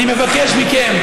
אני מבקש מכם,